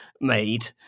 made